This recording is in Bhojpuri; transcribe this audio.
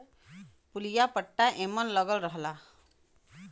पुलिया पट्टा एमन लगल रहला